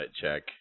check